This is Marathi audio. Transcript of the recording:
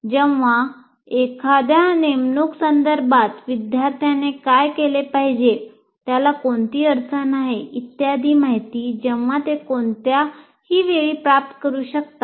जेव्हा एखाद्यानेमणूक संदर्भात विद्यार्थ्याने काय केले आहे त्याला कोणती अडचण आहे इत्यादी माहिती जेव्हा ते कोणत्याही वेळी प्राप्त करू शकतात